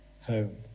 home